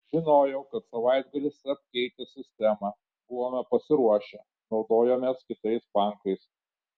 žinojau kad savaitgalį seb keitė sistemą buvome pasiruošę naudojomės kitais bankais